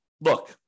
look